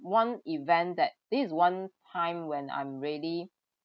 one event that this is one time when I'm ready